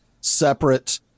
separate